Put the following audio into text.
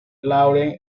lauren